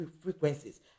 frequencies